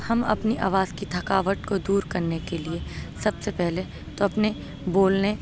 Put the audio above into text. ہم اپنی آواز کی تھکاوٹ کو دور کرنے کے لیے سب سے پہلے تو اپنے بولنے